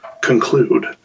conclude